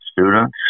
students